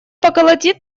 поколотит